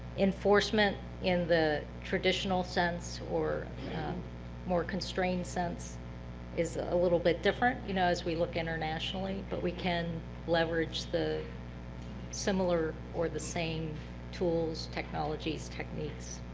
enforcement in the traditional sense more constrained sense is a little bit different you know as we look internationally, but we can leverage the similar or the same tools, technologies, techniques.